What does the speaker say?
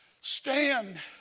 Stand